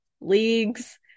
leagues